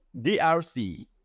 DRC